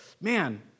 man